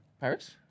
Paris